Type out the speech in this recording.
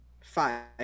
Five